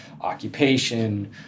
occupation